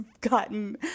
gotten